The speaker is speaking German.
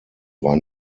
war